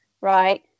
Right